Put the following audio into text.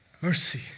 Mercy